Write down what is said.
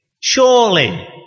Surely